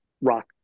rock